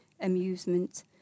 amusement